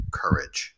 courage